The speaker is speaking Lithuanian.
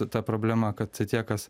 ta problema kad tie kas